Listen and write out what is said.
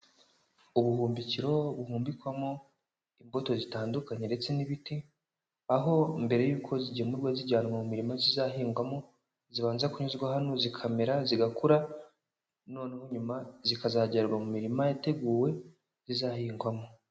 Ubuhumbikiro bubumbikwamo imbuto zitandukanye ndetse n'ibiti, aho mbere y'uko zigemurwa zijyanwa mu mirima zizahingwamo zibanza kunyuzwa hano zikamera, zigakura, noneho nyuma zikazajyanwa mu mirima yateguwe zizahingwamo.